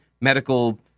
medical